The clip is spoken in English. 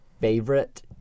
favorite